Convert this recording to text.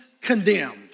condemned